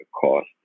cost